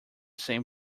same